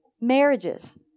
marriages